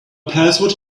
password